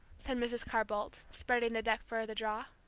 said mrs. carr-boldt, spreading the deck for the draw.